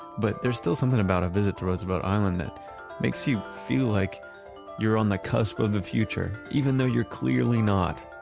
but there's still something about a visit to roosevelt island that makes you feel like you're on the cusp of the future. even though you're clearly not.